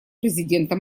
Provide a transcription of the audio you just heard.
президента